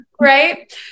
Right